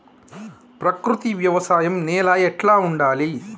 ప్రకృతి వ్యవసాయం నేల ఎట్లా ఉండాలి?